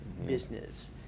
business